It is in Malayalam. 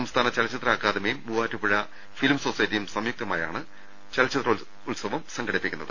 സംസ്ഥാന ചലച്ചിത്ര അക്കാദമിയും മുവ്വാറ്റുപുഴ ഫിലിം സൊസൈ റ്റിയും സംയുക്തമായാണ് ചലച്ചിത്രോത്സവം സംഘടിപ്പിക്കുന്നത്